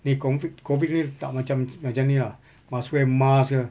ni COVID COVID ni tak macam macam ini lah must wear mask ke